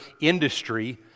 industry